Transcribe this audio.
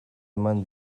eman